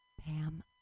Pam